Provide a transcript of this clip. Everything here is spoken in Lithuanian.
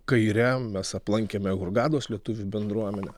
kaire mes aplankėme hurgados lietuvių bendruomenę